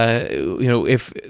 i mean you know, if,